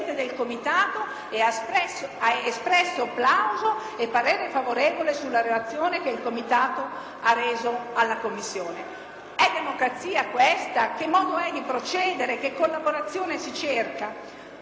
È democrazia questa? Che modo è di procedere? Che collaborazione si cerca? Qualcuno dirà che sono solo questioni di denominazione, ma non è così: i componenti di questi due organismi non erano né in scadenza,